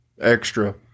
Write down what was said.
extra